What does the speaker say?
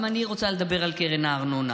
גם אני רוצה לדבר על קרן הארנונה